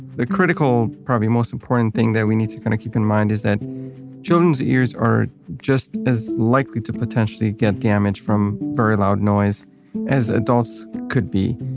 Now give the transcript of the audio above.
the critical, probably most important thing that we need to kind of keep in mind is that children's ears are just as likely to potentially get damage from very loud noise as adults could be.